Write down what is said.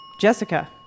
Jessica